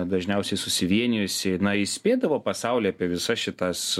dažniausiai susivienijusi įspėdavo pasaulį apie visas šitas